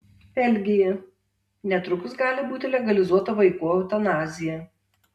belgija netrukus gali būti legalizuota vaikų eutanazija